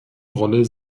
rolle